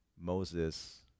Moses